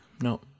no